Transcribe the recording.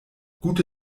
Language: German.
gute